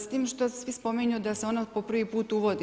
S tim što svi spominju da se ono po prvi put uvodi,